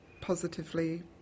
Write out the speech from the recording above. positively